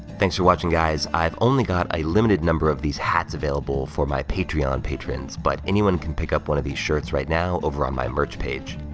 thanks for watching guys. i've only got a limited number of these hats available for my patreon patrons, but anyone can pick up one of these shirts right now over on my merch page.